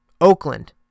Oakland